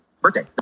Birthday